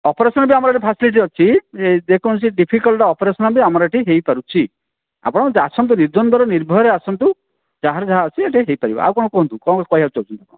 operation ବି ଆମର ଏଠି ଫାସଲିଟି ଅଛି ଏଇ ଯେକୌଣସି ଡ଼ିଫିକଲ୍ଟ ଅପରେସନ୍ ବି ଆମର ଏଠି ହେଇପାରୁଛି ଆପଣ ଆସନ୍ତୁ ନିର୍ଦ୍ୱନ୍ଦ ନିର୍ଭୟରେ ଆସନ୍ତୁ ଯାହାର ଯାହା ଅଛି ଏଠି ହେଇପାରିବ ଆଉ କଣ କୁହନ୍ତୁ କଣ କହିବାକୁ ଚାହୁଁଛନ୍ତି